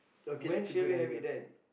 when shall we have it then